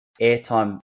airtime